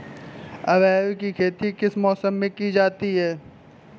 अरहर की खेती किस मौसम में की जाती है?